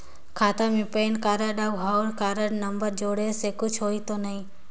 खाता मे pan card और हव कारड नंबर जोड़े से कुछ होही तो नइ?